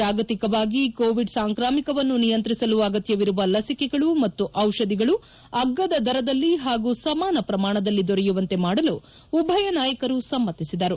ಜಾಗತಿಕವಾಗಿ ಕೋವಿಡ್ ಸಾಂಕ್ರಾಮಿಕವನ್ನು ನಿಯಂತ್ರಿಸಲು ಅಗತ್ಯವಿರುವ ಲಸಿಕೆಗಳು ಮತ್ತು ಔಷಧಿಗಳು ಅಗ್ಗದ ದರದಲ್ಲಿ ಹಾಗೂ ಸಮಾನ ಪ್ರಮಾಣದಲ್ಲಿ ದೊರೆಯುವಂತೆ ಮಾಡಲು ಉಭಯ ನಾಯಕರು ಸಮ್ಮತಿಸಿದರು